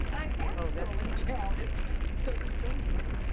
i am scrolling down. it doesn't um anything.